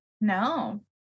No